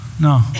No